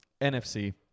NFC